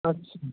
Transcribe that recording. আচ্ছা